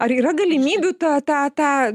ar yra galimybių tą tą tą